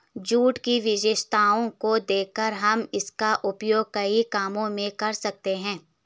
jute की विशेषताओं को देखकर हम इसका उपयोग कई कामों में कर सकते हैं